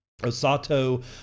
Osato